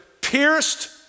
pierced